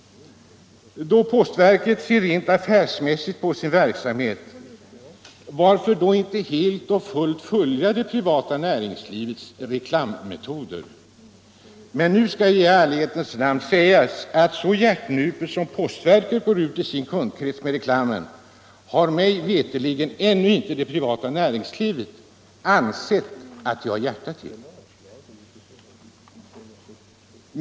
Då postverket ser rent affärsmässigt på sin verksamhet, varför inte helt och fullt följa det privata näringslivets reklammetoder? Men nu skall i ärlighetens namn sägas, att en så hjärtnupen reklam som postverket går ut till sin kundkrets med har mig veterligt ännu inte det privata näringslivet ansett sig ha hjärta att använda.